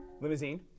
limousine